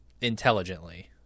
intelligently